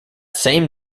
same